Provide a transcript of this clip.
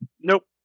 Nope